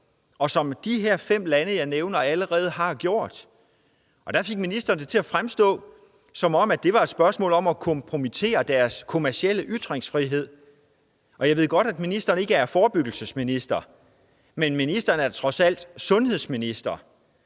hvilket de her fem lande, jeg nævner, allerede har gjort. Og der fik ministeren det til at fremstå, som om det var et spørgsmål om at kompromittere deres kommercielle ytringsfrihed. Jeg ved godt, at ministeren ikke er forebyggelsesminister, men ministeren er trods alt sundhedsminister.